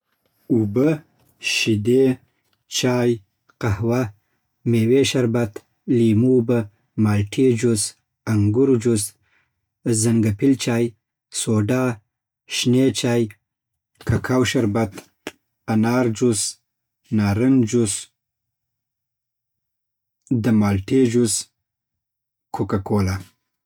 اوبه شیدې چای قهوه مېوې شربت لېمو اوبه مالټې جوس انګورو جوس زنګيبل چای سوډا شین چای کاکاو شربت انار جوس نارنج جوس د مالټی جوس کوکاکولا